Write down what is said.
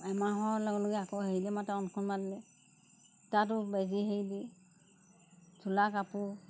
এমাহ হোৱা লগে লগে আকৌ হেৰিলে মাতে অংগনবাদীলে তাতো বেজি হেৰি দি চোলা কাপোৰ